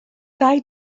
dau